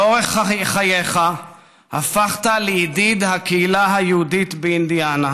לאורך חייך הפכת לידיד הקהילה היהודית באינדיאנה